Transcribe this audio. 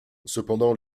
cependant